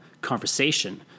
conversation